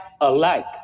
alike